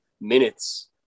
minutes